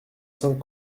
sainte